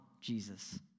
Jesus